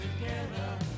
together